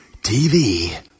TV